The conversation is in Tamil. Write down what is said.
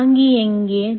தாங்கி எங்கே